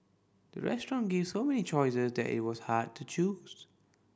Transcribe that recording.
the restaurant gave so many choices that it was hard to choose